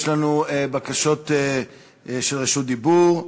יש לנו בקשות של רשות דיבור.